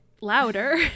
louder